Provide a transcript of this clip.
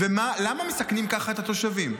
למה מסכנים כך את התושבים?